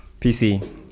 PC